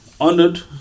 honored